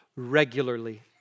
regularly